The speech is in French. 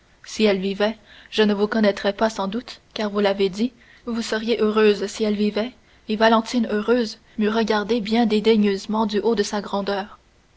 si elle vivait je ne vous connaîtrais pas sans doute car vous l'avez dit vous seriez heureuse si elle vivait et valentine heureuse m'eût regardé bien dédaigneusement du haut de sa grandeur